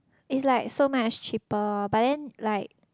it's like so much cheaper but then like